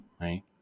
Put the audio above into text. right